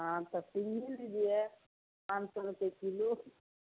हाँ तो सिंगी लीजिए पाँच सौ रुपये किलो